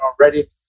already